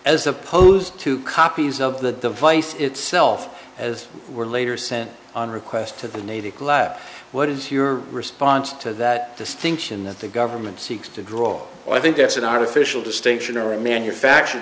as opposed to copies of the device itself as were later sent on request to the natick lab what is your response to that distinction that the government seeks to draw i think that's an artificial distinction or a manufactured